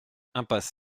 impasse